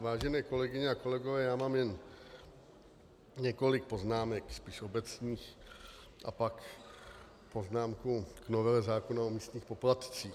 Vážené kolegyně a kolegové, já mám jen několik poznámek spíš obecných a pak poznámku k novele zákona o místních poplatcích.